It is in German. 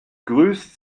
grüßt